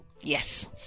Yes